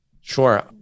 Sure